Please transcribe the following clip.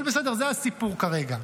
אבל בסדר, זה הסיפור כרגע.